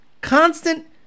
constant